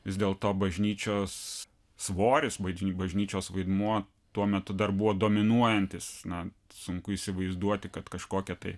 vis dėlto bažnyčios svoris bažnyčios vaidmuo tuo metu dar buvo dominuojantis na sunku įsivaizduoti kad kažkokia tai